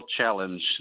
challenge